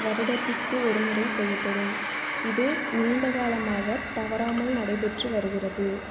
வருடத்திற்கு ஒருமுறை செய்யப்படும் இது நீண்ட காலமாகத் தவறாமல் நடைபெற்று வருகிறது